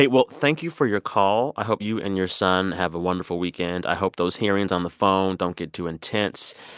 well, thank you for your call. i hope you and your son have a wonderful weekend. i hope those hearings on the phone don't get too intense.